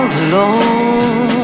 alone